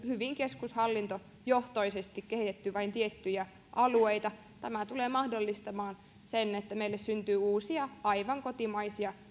hyvin keskushallintojohtoisesti on kehitetty vain tiettyjä alueita tämä tulee mahdollistamaan sen että meille syntyy uusia aivan kotimaisia